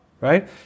right